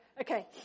Okay